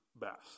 best